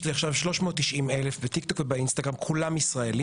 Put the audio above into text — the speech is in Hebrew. ויש לי עכשיו 390 אלף בטיק טוק ובאינסטגרם כולם ישראלים.